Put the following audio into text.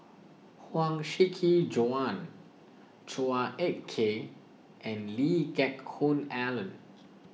Huang Shiqi Joan Chua Ek Kay and Lee Geck Hoon Ellen